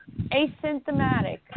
Asymptomatic